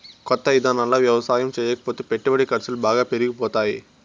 కొత్త ఇదానాల్లో యవసాయం చేయకపోతే పెట్టుబడి ఖర్సులు బాగా పెరిగిపోతాయ్